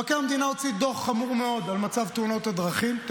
מבקר המדינה הוציא דוח חמור מאוד על מצב תאונות הדרכים,